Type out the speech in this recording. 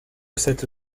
cette